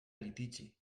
litigi